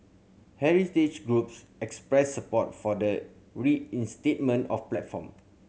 heritage groups expressed support for the reinstatement of platform